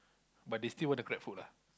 but they still want the Grab food ah